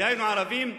דהיינו ערבים,